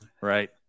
right